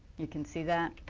you can see that.